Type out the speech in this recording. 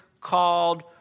called